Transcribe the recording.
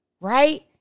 right